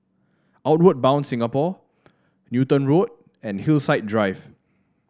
Outward Bound Singapore Newton Road and Hillside Drive